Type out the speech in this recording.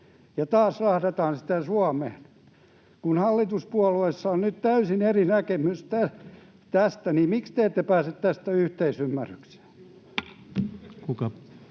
ja taas rahdataan sitä Suomeen? Kun hallituspuolueissa on nyt täysin eri näkemys tästä, niin miksi te ette pääse tästä yhteisymmärrykseen?